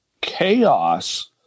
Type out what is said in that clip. chaos